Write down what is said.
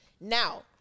Now